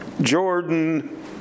Jordan